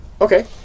Okay